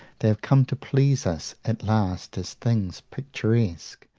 they have come to please us at last as things picturesque,